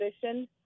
position